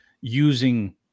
using